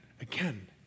again